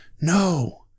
No